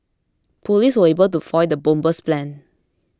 police were able to foil the bomber's plans